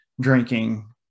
drinking